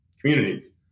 communities